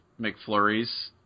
McFlurries